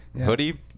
Hoodie